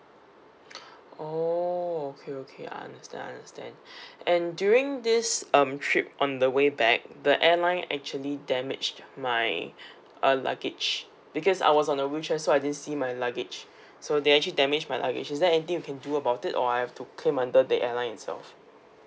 oh okay okay I understand I understand and during this um trip on the way back the airline actually damaged my uh luggage because I was on a wheelchair so I did see my luggage so they actually damaged my luggage is there anything you can do about it or I have to claim under the airline itself